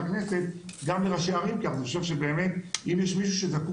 הכנסת גם לראשי ערים כי אני חושב שאם יש מישהו שזקוק